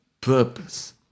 purpose